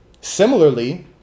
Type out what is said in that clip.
Similarly